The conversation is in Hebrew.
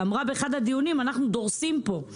היא אמרה באחד הדיונים: אנחנו דורסים פה.